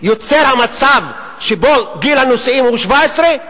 יוצר המצב שבו גיל הנישואין הוא 17?